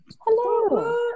hello